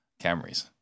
Camrys